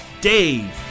Dave